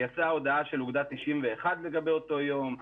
יצאה הודעה של אוגדה 91 לגבי אותו יום,